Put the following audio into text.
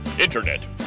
Internet